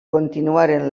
continuaren